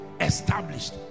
established